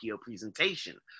presentation